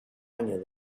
años